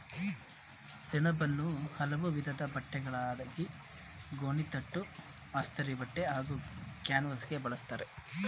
ಸೆಣಬನ್ನು ಹಲವು ವಿಧದ್ ಬಟ್ಟೆಗಳಾದ ಗೋಣಿತಟ್ಟು ಅಸ್ತರಿಬಟ್ಟೆ ಹಾಗೂ ಕ್ಯಾನ್ವಾಸ್ಗೆ ಬಳುಸ್ತರೆ